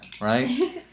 right